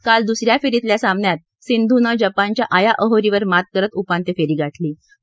काल दुस या फेरीतल्या सामन्यात सिंधूनं जपानच्य आया ओहोरीवर मात करत उपात्यफेरी गाठली आहे